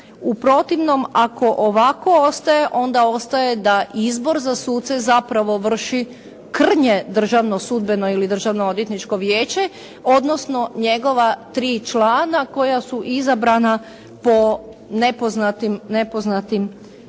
U protivnom, ako ovako ostaje onda ostaje da izbor za suce zapravo vrši krnje Državno sudbeno vijeće ili Državno odvjetničko vijeće odnosno njegova tri člana koja su izabrana po nepoznatim